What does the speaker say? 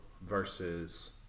versus